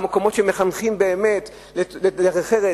המקומות שמחנכים באמת לדרך ארץ,